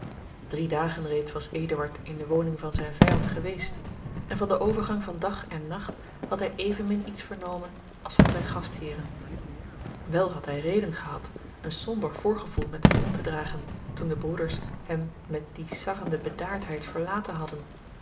drie dagen reeds was eduard in de woning van zijn vijand geweest en van den overgang van dag en nacht had hij evenmin iets vernomen als van zijne gastheeren wèl had hij reden gehad een somber voorgevoel met zich om te dragen toen de broeders hem met die sarrende bedaardheid verlaten hadden